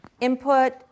input